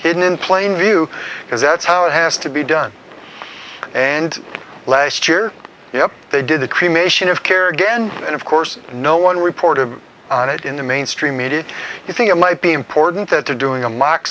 hidden in plain view because that's how it has to be done and last year you know they did the cremation of care again and of course no one reported on it in the mainstream media you think it might be important that they're doing a mock